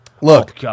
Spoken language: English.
Look